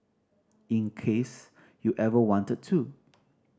in case you ever wanted to